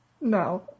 No